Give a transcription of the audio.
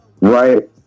Right